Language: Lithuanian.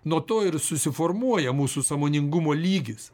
nuo to ir susiformuoja mūsų sąmoningumo lygis